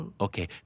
Okay